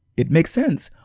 it makes sense!